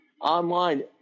online